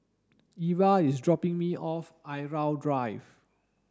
Eva is dropping me off at Irau Drive